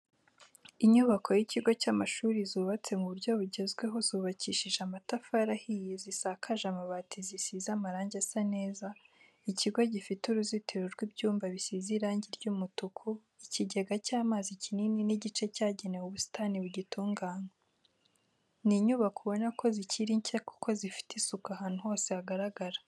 Inyubako y'ikigo cy'amashuri zubatse mu buryo bugezweho zubakishije amatafari ahiye zisakaje amabati zisize amarange asa neza, ikigo gifite uruzitiro rw'ibyuma bisize irangi ry'umutuku, ikigega cy'amazi kinini n'igice cyagenewe ubusitani bugitunganywa. Ni inyubako ubona ko zikiri nshya kuko zifite isuku ahantu hose hagaragara.